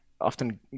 often